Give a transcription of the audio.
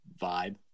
vibe